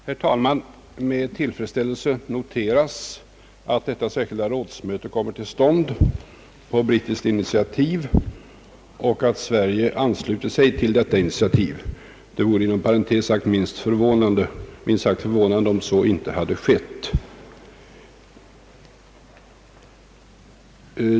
Herr talman! Det noteras med tillfredsställelse att detta särskilda rådsmöte på brittiskt initiativ kommit till stånd och att Sverige anslutit sig till detta initiativ. Det vore inom parentes sagt synnerligen förvånande om så inte hade skett.